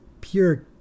pure